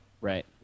Right